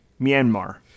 myanmar